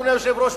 אדוני היושב-ראש,